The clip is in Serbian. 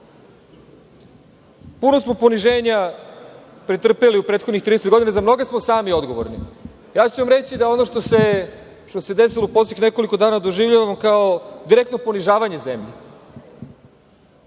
smo poniženja pretrpeli u prethodnih 30 godina, za mnoge smo sami odgovorni. Reći ću vam da ono što se desilo u poslednjih nekoliko dana doživljavam kao direktno ponižavanje zemlje,